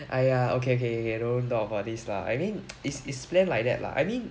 !aiya! okay okay K K don't talk about this lah I mean is plan like that lah I mean